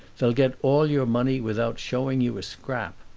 they'll get all your money without showing you a scrap.